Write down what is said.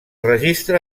registre